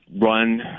run